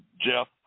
Jeff